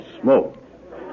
smoke